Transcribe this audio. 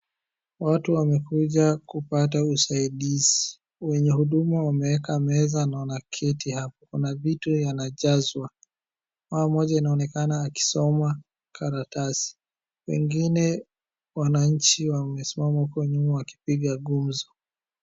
Watu wamekuja kupata usaidizi. Wenye huduma wameeka meza na wanaketi hapo, kuna vitu yanajazwa. Mama mmoja inaonekana akisoma karatasi, wengine wananchi wamesimama uko nyuma wakipiga gumzo.